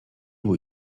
bój